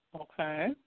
okay